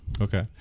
Okay